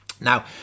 Now